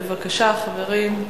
בבקשה, חברים.